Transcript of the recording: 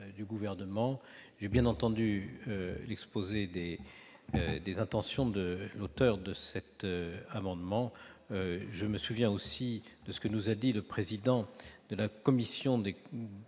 du Gouvernement. J'ai bien entendu l'exposé des intentions de l'auteur de cet amendement. Je me souviens aussi de ce que le président de la Commission